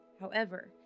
However